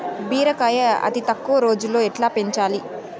బీరకాయ అతి తక్కువ రోజుల్లో ఎట్లా పెంచాలి?